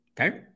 Okay